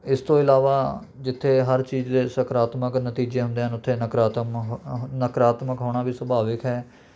ਇਸ ਤੋਂ ਇਲਾਵਾ ਜਿੱਥੇ ਹਰ ਚੀਜ਼ ਦੇ ਸਕਾਰਾਤਮਕ ਨਤੀਜੇ ਹੁੰਦੇ ਹਨ ਉੱਥੇ ਨਕਾਰਾਤਮਕ ਅਹ ਨਕਾਰਾਤਮਕ ਹੋਣਾ ਵੀ ਸੁਭਾਵਿਕ ਹੈ